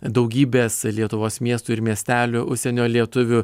daugybės lietuvos miestų ir miestelių užsienio lietuvių